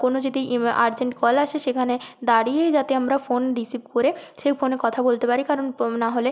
কোনো যদি ইমা আর্জেন্ট কল আসে সেখানে দাঁড়িয়েই যাতে আমরা ফোন রিসিভ করে সেই ফোনে কথা বলতে পারি কারণ প্ না হলে